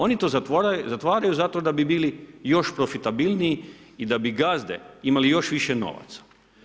Oni to zatvaraju zato da bi bili još profitabilniji i da bi gazde imali još više novaca.